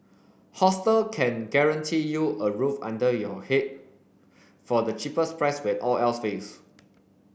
hostel can guarantee you a roof under your head for the cheapest price when all else fails